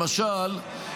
למשל,